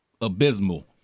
abysmal